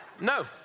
No